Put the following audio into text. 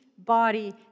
body